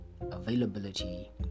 availability